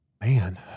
Man